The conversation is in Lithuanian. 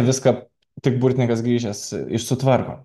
viską tik burtininkas grįžęs iš sutvarko